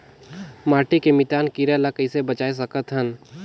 माटी के मितान कीरा ल कइसे बचाय सकत हन?